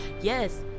Yes